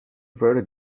very